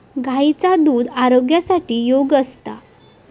गायीचा दुध आरोग्यासाठी योग्य असता